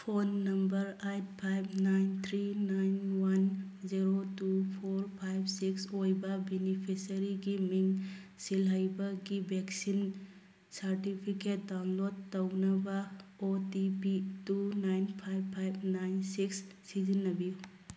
phone number eight five nine three nine one zero two four five six ꯑꯣꯏꯕ ꯕꯤꯅꯤꯐꯤꯁꯔꯤꯒꯤ ꯃꯤꯡ ꯁꯤꯜꯍꯩꯕꯒꯤ vaccine certificate download ꯇꯧꯅꯕ O T P two nine five five nine six ꯁꯤꯖꯤꯟꯅꯕꯤꯌꯨ